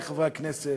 חברי חברי הכנסת,